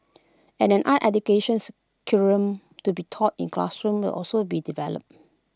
an art educations curriculum to be taught in classrooms also be developed